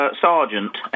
sergeant